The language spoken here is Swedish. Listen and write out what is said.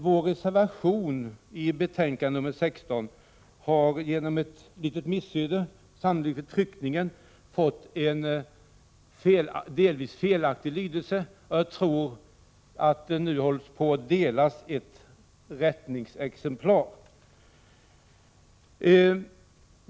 Vår reservation fogad till betänkande nr 16 har genom ett litet missöde, sannolikt vid tryckningen, fått en delvis felaktig lydelse. Jag tror att man nu håller på att dela ut ett rättelseblad.